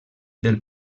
del